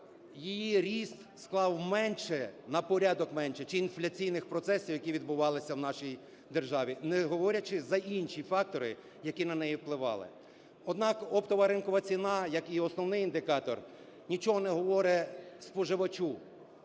Її ріст склав менше, на порядок менше, чим інфляційні процеси, які відбувалися у нашій державі, не говорячи за інші фактори, які на неї впливали. Однак оптова ринкова ціна, як і основний індикатор, нічого не говорить споживачу.